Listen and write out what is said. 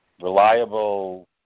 reliable